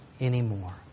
anymore